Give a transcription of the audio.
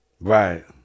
Right